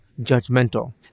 judgmental